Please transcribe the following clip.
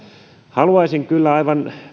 haluaisin kyllä aivan